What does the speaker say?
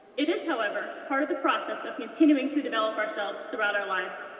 it is, however, part of the process of continuing to develop ourselves throughout our lives.